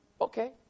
Okay